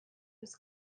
was